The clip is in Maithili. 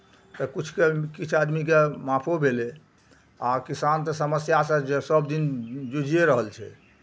तऽ किछुके किछु आदमीके माफो भेलै आ किसान तऽ समस्या जे सभदिन जुझिए रहल छै